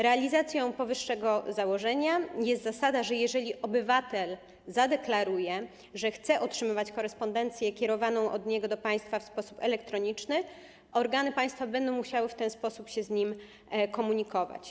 Realizacją powyższego założenia jest zasada, że jeżeli obywatel zadeklaruje, że chce otrzymywać korespondencję kierowaną do niego od państwa w sposób elektroniczny, organy państwa będą musiały w ten sposób się z nim komunikować.